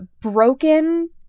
broken